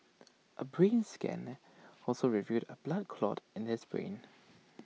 A brain scan also revealed A blood clot in his brain